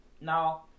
now